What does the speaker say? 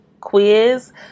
quiz